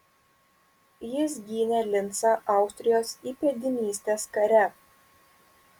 jis gynė lincą austrijos įpėdinystės kare